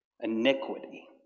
iniquity